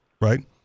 right